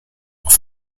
auf